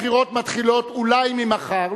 הבחירות מתחילות אולי ממחר,